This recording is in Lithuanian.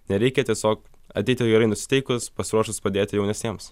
nereikia tiesiog ateiti gerai nusiteikus pasiruošus padėti jauniesiems